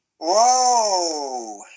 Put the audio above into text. Whoa